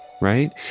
right